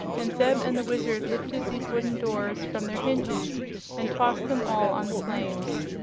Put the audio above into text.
and zeb and the wizard lifted these wooden doors from their hinges and tossed them all on the flames.